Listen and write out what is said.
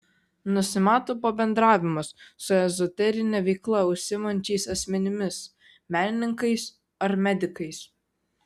nusimato pabendravimas su ezoterine veikla užsiimančiais asmenimis menininkais ar medikais